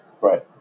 Right